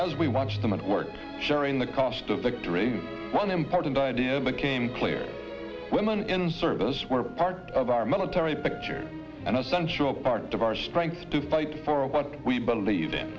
as we watch them at work sharing the cost of victory one important idea became clear women in service were part of our military picture an essential part of our strength to fight for but we believe i